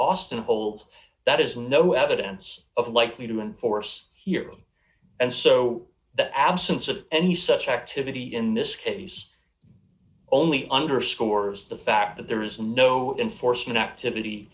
austin holds that is no evidence of likely to enforce here and so the absence of any such activity in this case only underscores the fact that there is no enforcement activity